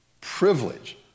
privilege